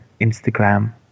Instagram